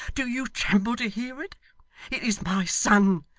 do you tremble to hear it! it is my son,